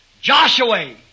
Joshua